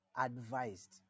advised